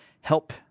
help